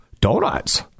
donuts